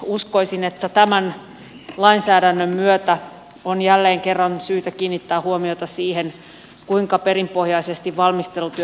uskoisin että tämän lainsäädännön myötä on jälleen kerran syytä kiinnittää huomiota siihen kuinka perinpohjaisesti valmistelutyö ministeriössä tehdään